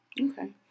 Okay